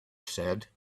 said